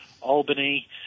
Albany